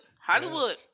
Hollywood